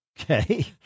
Okay